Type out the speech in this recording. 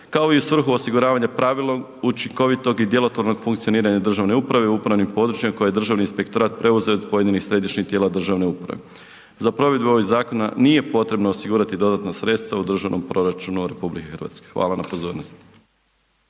kao i svrhu osiguravanja pravilnog, učinkovitog i djelotvornog funkcioniranja državne uprave u upravnim područjima koje je Državni inspektorat preuzeo od pojedinih središnjih tijela državne uprave. Za provedbu ovih zakona nije potrebno osigurati dodatna sredstava u Državnom proračunu RH. Hvala na pozornosti.